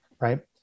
Right